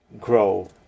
grow